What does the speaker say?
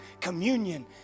communion